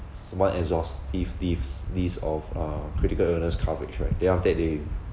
so one exhaustive list of uh critical illness coverage right then after that they